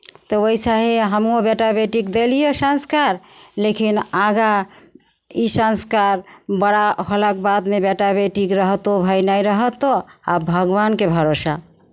तऽ ओइसे ही हमहूँ बेटा बेटीकेँ देलियै संस्कार लेकिन आगाँ ई संस्कार बड़ा होलाके बाद नहि बेटा बेटीकेँ रहतहु भाय नहि रहतहु आब भगवानके भरोसा